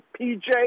PJ